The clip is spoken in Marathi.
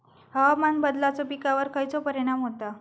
हवामान बदलाचो पिकावर खयचो परिणाम होता?